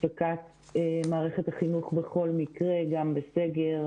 הפסקת מערכת החינוך בכל מקרה, גם בסגר.